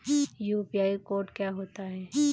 UPI code क्या होता है?